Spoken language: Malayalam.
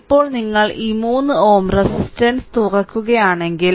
ഇപ്പോൾ നിങ്ങൾ ഈ 3 Ω റെസിസ്റ്റൻസ് തുറക്കുകയാണെങ്കിൽ